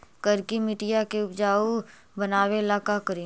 करिकी मिट्टियां के उपजाऊ बनावे ला का करी?